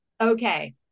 okay